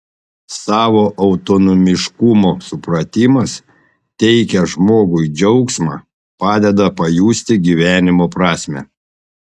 savo autonomiškumo supratimas teikia žmogui džiaugsmą padeda pajusti gyvenimo prasmę